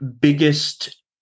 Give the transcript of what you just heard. biggest